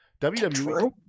WWE